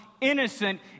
innocent